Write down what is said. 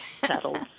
settled